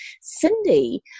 Cindy